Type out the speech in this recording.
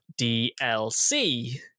DLC